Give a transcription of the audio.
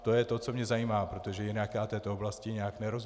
To je to, co mě zajímá, protože jinak já této oblasti nějak nerozumím.